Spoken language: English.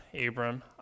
Abram